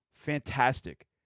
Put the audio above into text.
fantastic